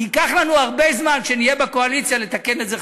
ייקח לנו הרבה זמן כשנהיה בקואליציה לתקן את זה.